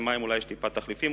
למים אולי יש טיפה תחליפים,